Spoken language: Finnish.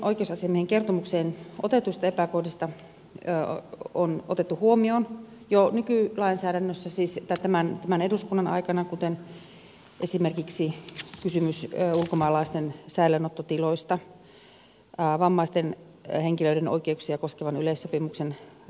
moni oikeusasiamiehen kertomukseen otetuista epäkohdista on otettu huomioon jo näkyy lainsäädännössä siis sitä tämän tämän eduskunnan aikana kuten esimerkiksi kysymys ulkomaalaisten säilöönottotiloista ja vammaisten henkilöiden oikeuksia koskevan yleissopimuksen ratifioinnista